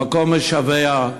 המקום משווע,